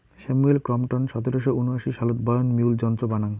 Samuel Crompton সতেরশো উনআশি সালত বয়ন মিউল যন্ত্র বানাং